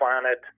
planet